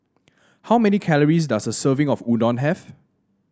how many calories does a serving of Udon have